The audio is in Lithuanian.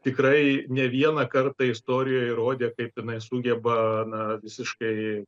tikrai ne vieną kartą istorijoje įrodė kaip jinai sugeba na visiškai